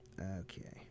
Okay